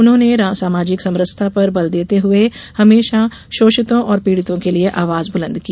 उन्होने सामाजिक समरसता पर बल देते हुए हमेशा शोषितों और पीड़ितों के लिए आवाज बुलंद की